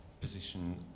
position